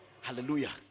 Hallelujah